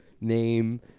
name